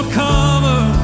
cover